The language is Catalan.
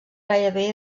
gairebé